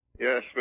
Yes